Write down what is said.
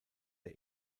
der